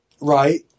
Right